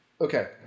Okay